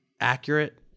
accurate